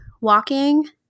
walking